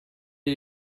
are